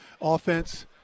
offense